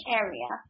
area